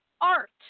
art